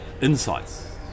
insights